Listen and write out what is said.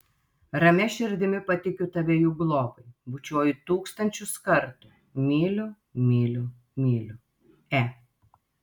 ramia širdimi patikiu tave jų globai bučiuoju tūkstančius kartų myliu myliu myliu e